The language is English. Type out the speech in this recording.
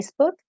Facebook